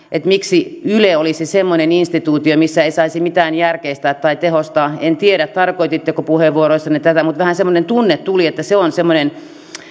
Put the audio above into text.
miksi yle olisi semmoinen instituutio missä ei saisi mitään järkeistää tai tehostaa en tiedä tarkoititteko puheenvuoroissanne tätä mutta vähän semmoinen tunne tuli että se on semmoinen